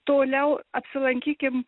toliau apsilankykim